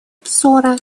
обзора